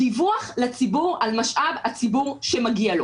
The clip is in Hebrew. דיווח לציבור על משאב הציבור שמגיע לו.